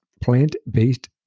plant-based